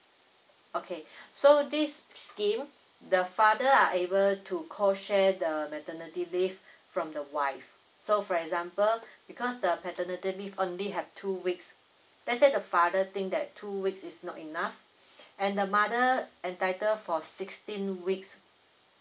okay so this scheme the father are able to co share the maternity leave from the wife so for example because the paternity leave only have two weeks Iet's say the father think that the two weeks is not enough and the mother entitled for sixteen weeks